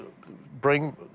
bring